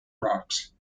rocks